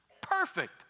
perfect